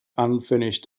unfinished